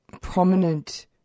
prominent